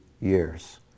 years